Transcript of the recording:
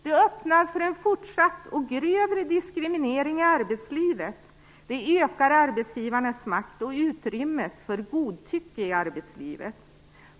Det öppnar för en fortsatt och grövre diskriminering i arbetslivet. Det ökar arbetsgivarnas makt och utrymmet för godtycke i arbetslivet.